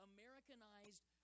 Americanized